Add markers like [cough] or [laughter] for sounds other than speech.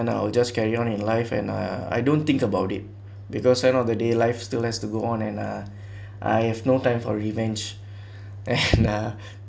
and I'll just carry on in life and uh I don't think about it because end of the day life still has to go on and uh I have no time for revenge [laughs] and uh